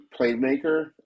playmaker